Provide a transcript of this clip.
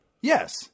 Yes